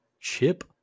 Chip